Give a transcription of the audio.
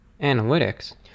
analytics